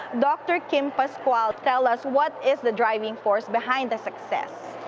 dr. kim pasqual. tell us, what is the driving force behind the success?